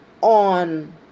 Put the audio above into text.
on